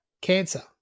cancer